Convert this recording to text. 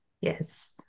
Yes